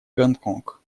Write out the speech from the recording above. гонконг